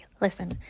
listen